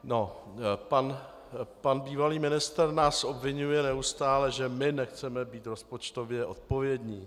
No, pan bývalý ministr nás obviňuje neustále, že my nechceme být rozpočtově odpovědní.